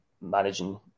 managing